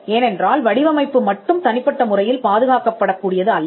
ஏனென்றால் வடிவமைப்பு மட்டும் தனிப்பட்ட முறையில் பாதுகாக்கப்படக் கூடியது அல்ல